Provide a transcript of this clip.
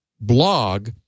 blog